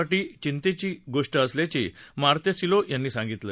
साठी चिंतेची गोष्ट असल्याचं मार्तोसीलो यांनी सांगितलं